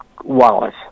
Wallace